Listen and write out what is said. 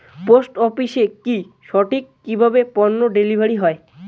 Post অফিসে কি সঠিক কিভাবে পন্য ডেলিভারি হয়?